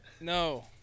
No